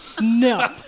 No